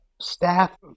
staff